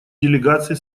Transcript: делегации